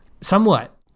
somewhat